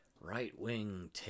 right-wing